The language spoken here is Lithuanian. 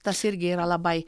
tas irgi yra labai